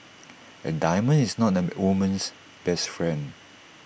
A diamond is not A woman's best friend